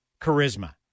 charisma